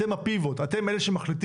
אתם הפיבוט, אתם אלה שמחליטים.